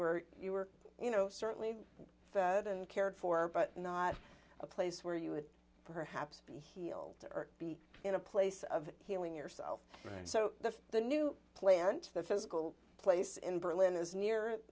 where you were you know certainly fed and cared for but not a place where you would perhaps be healed or be in a place of healing yourself and so that's the new plant the physical place in berlin is near